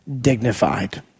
dignified